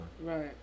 Right